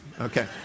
Okay